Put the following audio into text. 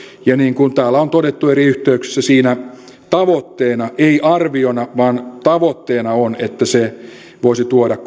niin kuin täällä on on todettu eri yhteyksissä siinä tavoitteena on ei arviona vaan tavoitteena että se voisi tuoda